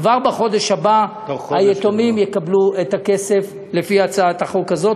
כבר בחודש הבא היתומים יקבלו את הכסף לפי הצעת החוק הזאת.